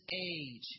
age